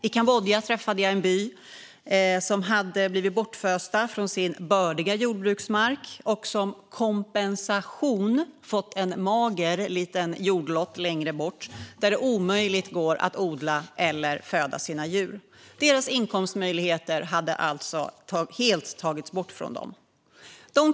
I Kambodja träffade jag bybor som hade blivit bortfösta från sin bördiga jordbruksmark och som "kompensation" fått en mager liten jordlott längre bort, där det omöjligt går att odla eller föda sina djur. Deras inkomstmöjligheter hade alltså helt tagits bort från dem.